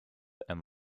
and